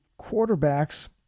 quarterbacks